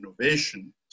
innovation